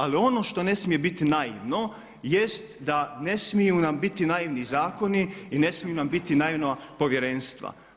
Ali ono što ne smije biti naivno jest da ne smiju nam biti naivni zakoni i ne smiju nam biti naivna povjerenstva.